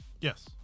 Yes